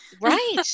right